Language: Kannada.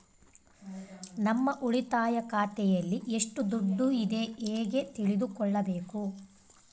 ನಮ್ಮ ಉಳಿತಾಯ ಖಾತೆಯಲ್ಲಿ ಎಷ್ಟು ದುಡ್ಡು ಇದೆ ಹೇಗೆ ತಿಳಿದುಕೊಳ್ಳಬೇಕು?